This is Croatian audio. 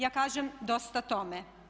Ja kažem dosta tome.